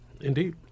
Indeed